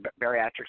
Bariatrics